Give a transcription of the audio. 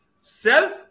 self